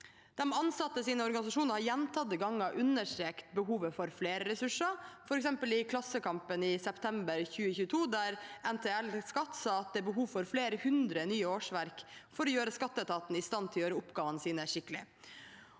De ansattes organisasjoner har gjentatte ganger understreket behovet for flere ressurser, f.eks. i Klassekampen i september 2022. Der sa NTL Skatt at det er behov for flere hundre nye årsverk for å gjøre skatteetaten i stand til å gjøre oppgavene sine skikkelig,